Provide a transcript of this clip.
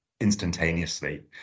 instantaneously